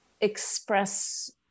express